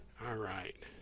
alright